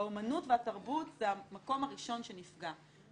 האמנות והתרבות זה המקום הראשון שנפגע.